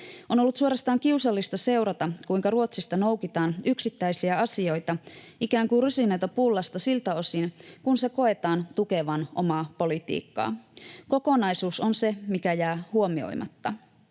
On ollut suorastaan kiusallista seurata, kuinka Ruotsista noukitaan yksittäisiä asioita, ikään kuin rusinoita pullasta, siltä osin kuin sen koetaan tukevan omaa politiikkaa. Kokonaisuus on se, mikä jää huomioimatta.